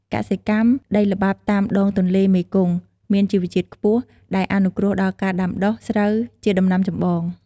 កសិកម្ម ដីល្បាប់តាមដងទន្លេមេគង្គមានជីជាតិខ្ពស់ ដែលអនុគ្រោះដល់ការដាំដុះ ស្រូវ ជាដំណាំចម្បង។